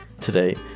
today